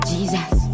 Jesus